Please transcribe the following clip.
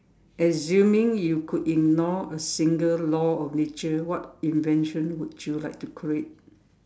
assuming you could ignore a single law of nature what invention would you like to create